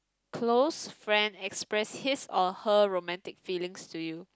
close friend expressed his or her romantic feelings to you